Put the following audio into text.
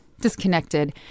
disconnected